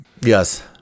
yes